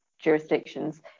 jurisdictions